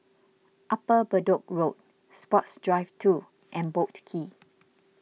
Upper Bedok Road Sports Drive two and Boat Quay